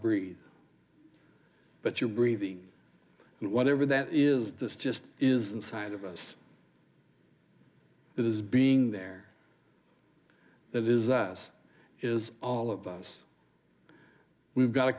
breathe but you're breathing whatever that is this just isn't side of us it is being there that is us is all of us we've got to